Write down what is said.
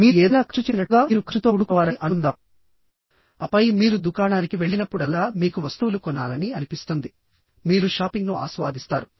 మీరు ఏదైనా ఖర్చు చేసినట్లుగా మీరు ఖర్చుతో కూడుకున్నవారని అనుకుందాంఆపై మీరు దుకాణానికి వెళ్ళినప్పుడల్లా మీకు వస్తువులు కొనాలని అనిపిస్తుంది మీరు షాపింగ్ను ఆస్వాదిస్తారు